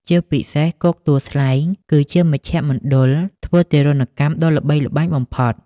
ជាពិសេសគុកទួលស្លែង គឺជាមជ្ឈមណ្ឌលធ្វើទារុណកម្មដ៏ល្បីល្បាញបំផុត។